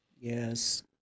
Yes